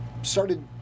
started